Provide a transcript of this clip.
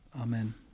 Amen